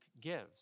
gives